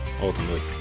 ultimately